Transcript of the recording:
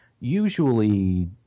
usually